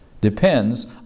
depends